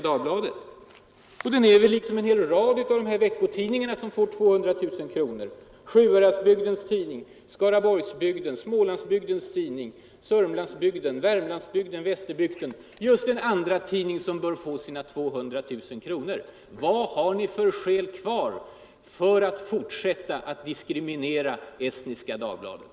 Den är väl liksom en rad av veckotidningarna som får 200 000 kronor i produktionsbidrag — Sjuhäradsbygdens Tidning, Skaraborgs-Bygden, Smålandsbygdens Tidning, Sörmlandsbygden, Värmlands-Bygden, Västerbygden m.fl. — just en andratidning, som bör få sina 200 000 kronor. Vad har ni för skäl kvar för att fortsätta att diskriminera Estniska Dagbladet?